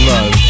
Love